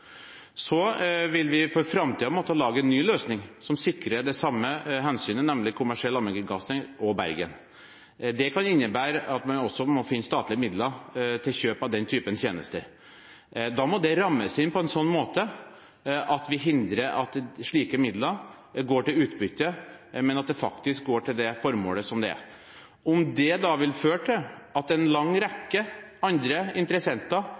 vil for framtiden måtte lage en ny løsning som sikrer det samme hensynet, nemlig kommersiell allmennkringkasting og i Bergen. Det kan innebære at man også må finne statlige midler til kjøp av den typen tjenester. Da må det rammes inn på en sånn måte at vi hindrer at slike midler går til utbytte, men at de faktisk går til det formålet de skal. Om det da vil føre til at en lang rekke andre interessenter